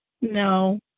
No